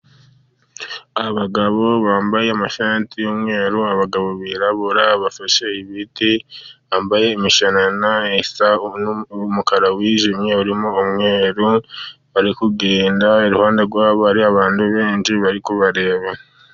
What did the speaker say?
Abagabo bambaye amashati y'umweru, abagabo birarabura bafashe ibiti, bambaye imishanana isa n'umukara wijimye, urimo umweru, bari kugenda, iruhande rwabo hari abantu benshi, bari kubareba.